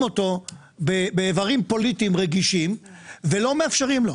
אותו באיברים פוליטיים רגישים ולא מאפשרים לו.